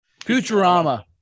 Futurama